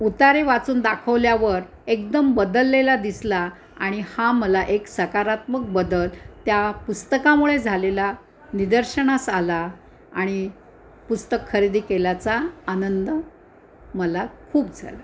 उतारे वाचून दाखवल्यावर एकदम बदललेला दिसला आणि हा मला एक सकारात्मक बदल त्या पुस्तकामुळे झालेला निदर्शनास आला आणि पुस्तक खरेदी केलाचा आनंद मला खूप झाला